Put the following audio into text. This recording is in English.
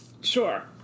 Sure